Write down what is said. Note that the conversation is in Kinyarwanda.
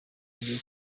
gihe